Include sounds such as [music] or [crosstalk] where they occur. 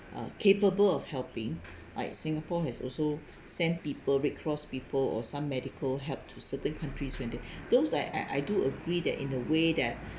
are capable of helping like singapore has also sent people red cross people or some medical help to certain countries when they [breath] those I I do agree that in a way that